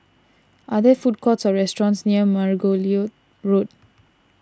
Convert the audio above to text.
are there food courts or restaurants near Margoliouth Road